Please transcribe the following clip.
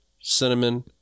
cinnamon